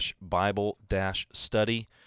Bible-study